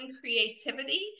creativity